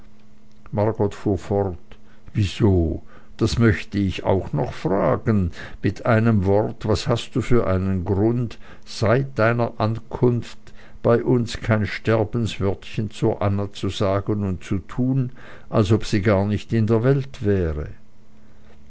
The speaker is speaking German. fort wieso das möchte ich auch noch fragen mit einem wort was hast du für einen grund seit deiner ankunft bei uns kein sterbenswörtchen zur anna zu sagen und zu tun als ob sie gar nicht in der welt wäre